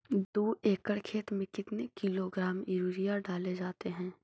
दू एकड़ खेत में कितने किलोग्राम यूरिया डाले जाते हैं?